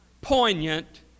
poignant